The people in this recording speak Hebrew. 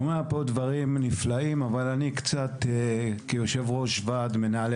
דברים נפלאים אבל כיושב-ראש ועד מנהלי